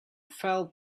felt